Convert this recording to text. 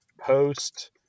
post